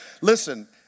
Listen